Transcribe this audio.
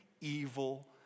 evil